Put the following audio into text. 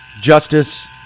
justice